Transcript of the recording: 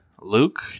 Luke